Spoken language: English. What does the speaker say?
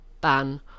ban